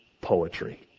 Poetry